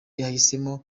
yahisemo